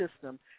system